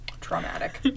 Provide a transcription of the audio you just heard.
Traumatic